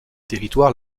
territoires